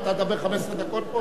אתה תדבר 15 דקות?